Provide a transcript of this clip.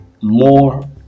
more